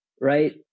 right